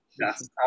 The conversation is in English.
Yes